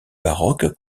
baroque